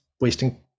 wasting